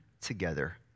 together